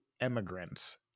emigrants